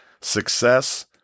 success